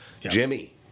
Jimmy